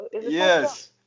Yes